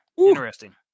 Interesting